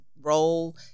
role